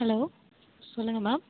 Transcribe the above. hello சொல்லுங்கள் ma'am